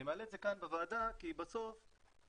אני מעלה את זה כאן בוועדה כי בסוף מדעית,